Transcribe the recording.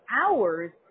hours